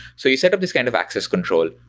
so you set up this kind of access control,